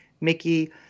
Mickey